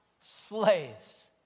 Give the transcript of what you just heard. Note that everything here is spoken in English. slaves